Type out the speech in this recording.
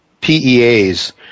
PEAs